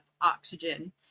oxygen